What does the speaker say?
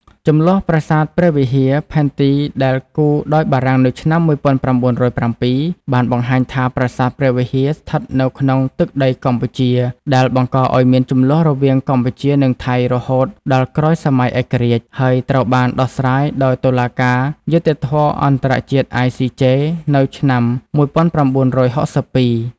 ជម្លោះប្រាសាទព្រះវិហារ ផែនទីដែលគូរដោយបារាំងនៅឆ្នាំ ១៩០៧ បានបង្ហាញថាប្រាសាទព្រះវិហារស្ថិតនៅក្នុងទឹកដីកម្ពុជា ដែលបង្កឱ្យមានជម្លោះរវាងកម្ពុជា និងថៃរហូតដល់ក្រោយសម័យឯករាជ្យ ហើយត្រូវបានដោះស្រាយដោយតុលាការយុត្តិធម៌អន្តរជាតិ ICJ នៅឆ្នាំ ១៩៦២។